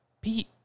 Pete